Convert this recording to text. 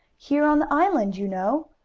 here on the island, you know.